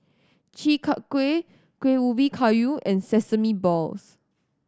Chi Kak Kuih Kuih Ubi Kayu and sesame balls